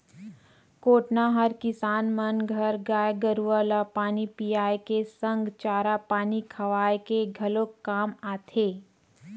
कोटना हर किसान मन घर गाय गरुवा ल पानी पियाए के संग चारा पानी खवाए के घलोक काम आथे